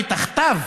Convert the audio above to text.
ותחתיו